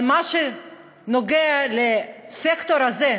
אבל במה שנוגע לסקטור הזה,